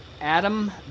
Adam